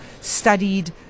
studied